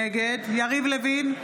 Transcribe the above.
נגד יריב לוין,